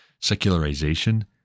secularization